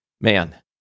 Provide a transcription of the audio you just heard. man